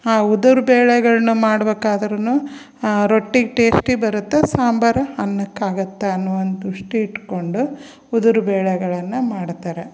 ಹಾಂ ಉದುರು ಬೇಳೆಗಳನ್ನೂ ಮಾಡ್ಬೇಕಾದ್ರೂನು ರೊಟ್ಟಿಗೆ ಟೇಶ್ಟಿ ಬರುತ್ತೆ ಸಾಂಬಾರು ಅನ್ನಕಾಗತ್ತೆ ಅನ್ನುವೊಂದು ದೃಷ್ಟಿ ಇಟ್ಟುಕೊಂಡು ಉದುರು ಬೇಳೆಗಳನ್ನು ಮಾಡ್ತಾರೆ